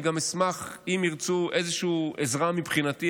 אני גם אשמח אם ירצו איזשהו עזרה מבחינתי,